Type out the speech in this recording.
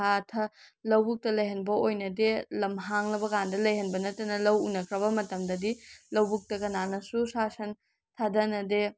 ꯂꯕꯨꯛꯇ ꯂꯩꯍꯟꯕ ꯑꯣꯏꯅꯗꯦ ꯂꯝ ꯍꯥꯡꯂꯕꯀꯥꯟꯗ ꯂꯩꯍꯟꯕ ꯅꯠꯇꯅ ꯂꯧ ꯎꯅꯈ꯭ꯔꯕ ꯃꯇꯝꯗꯗꯤ ꯂꯕꯨꯛꯇ ꯀꯅꯥꯅꯁꯨ ꯁꯥ ꯁꯟ ꯊꯥꯗꯅꯗꯦ